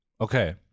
Okay